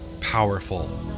powerful